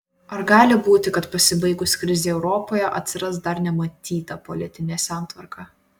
ar gali būti kad pasibaigus krizei europoje atsiras dar nematyta politinė santvarka